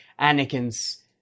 Anakin's